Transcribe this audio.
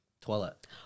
Toilet